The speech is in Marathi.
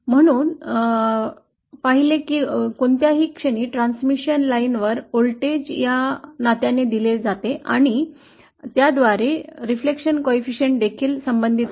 म्हणून आपण पाहिले की कोणत्याही क्षणी ट्रान्समिशन लाईनवर व्होल्टेज या नात्याने दिले जाते आणि त्याद्वारे प्रतिबिंब गुणांक देखील संबंधित असते